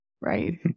right